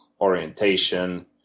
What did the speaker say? orientation